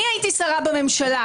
אני הייתי שרה בממשלה,